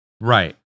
Right